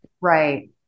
Right